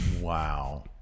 Wow